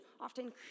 often